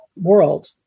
world